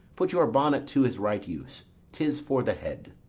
put your bonnet to his right use tis for the head.